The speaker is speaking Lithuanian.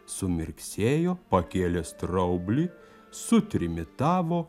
sumirksėjo pakėlė straublį sutrimitavo